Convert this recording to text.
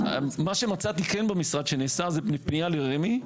שכן מצאתי שנעשה במשרד זה פנייה לרמ"י,